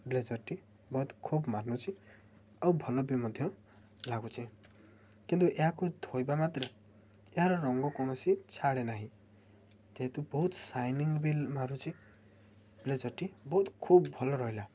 ବ୍ଲେଜର୍ଟି ବହୁତ ଖୁବ୍ ମାନୁଛି ଆଉ ଭଲ ବି ମଧ୍ୟ ଲାଗୁଛି କିନ୍ତୁ ଏହାକୁ ଧୋଇବା ମାତ୍ରେ ଏହାର ରଙ୍ଗ କୌଣସି ଛାଡ଼େ ନାହିଁ ଯେହେତୁ ବହୁତ ସାଇନିଂ ବି ମାରୁଛି ବ୍ଲେଜରଟି ବହୁତ ଖୁବ୍ ଭଲ ରହିଲା